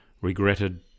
regretted